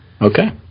Okay